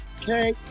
Okay